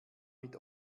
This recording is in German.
mit